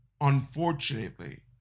unfortunately